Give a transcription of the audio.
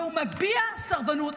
והוא מביע סרבנות.